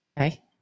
Okay